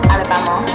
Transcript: Alabama